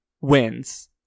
wins